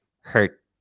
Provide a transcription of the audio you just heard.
hurt